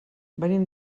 venim